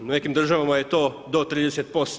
U nekim državama je to do 30%